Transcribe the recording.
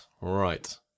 Right